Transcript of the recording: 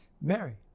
Mary